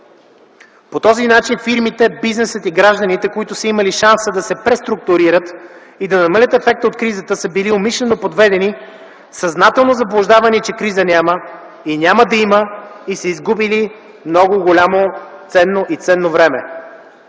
По този начин фирмите, бизнесът и гражданите, които са имали шанса да се преструктурират и да намалят ефекта от кризата, са били умишлено подведени, съзнателно заблуждавани, че криза няма и няма да има и са изгубили ценно време.